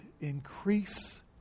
increase